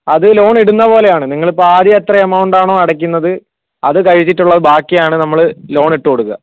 അത് ലോണിടുന്ന പോലെയാണ് നിങ്ങളിപ്പോൾ ആദ്യം എത്ര എമൗണ്ട് ആണോ അടയ്ക്കുന്നത് അതു കഴിഞ്ഞിട്ടുള്ളത് ബാക്കിയാണ് നമ്മൾ ലോണിട്ടു കൊടുക്കുക